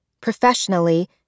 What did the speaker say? professionally